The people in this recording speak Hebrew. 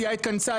סיעה התכנסה,